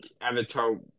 Avatar